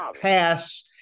pass